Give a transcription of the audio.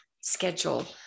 schedule